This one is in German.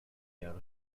jahre